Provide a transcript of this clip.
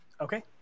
Okay